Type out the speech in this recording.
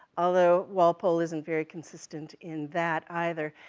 although walpole isn't very consistent in that, either.